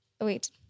Wait